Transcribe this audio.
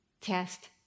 test